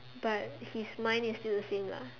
but his mind is still the same lah